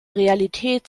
realität